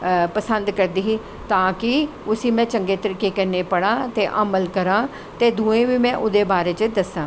पसंद करदी ही तां कि उसी में चंगे तरीके कन्नैं पढ़ां ते अमल करां ते दुएं गी बी में ओह्दे बारे च दस्सां